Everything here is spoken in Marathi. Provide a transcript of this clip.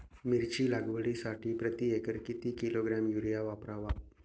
मिरची लागवडीसाठी प्रति एकर किती किलोग्रॅम युरिया वापरावा?